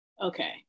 Okay